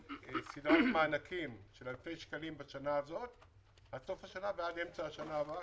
סדרת מענקים של אלפי שקלים עד סוף השנה ועד אמצע השנה הבאה.